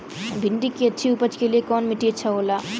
भिंडी की अच्छी उपज के लिए कवन मिट्टी अच्छा होला?